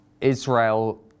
Israel